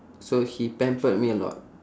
so he pampered me a lot